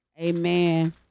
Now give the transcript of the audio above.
Amen